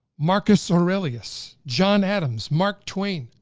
marcus aurelius, john adams, mark twain,